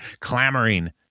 clamoring